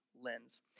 lens